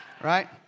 right